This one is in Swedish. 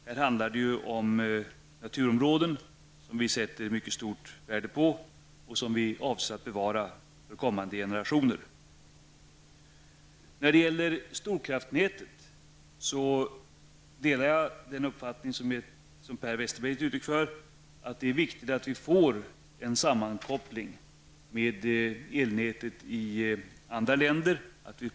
Det handlar om naturområden som vi tillmäter ett mycket stort värde och som vi avser att bevara för kommande generationer. När det gäller storkraftsnätet delar jag den uppfattning som Per Westerberg har gett uttryck för. Det är alltså viktigt att det blir en koppling till elnätet i andra länder.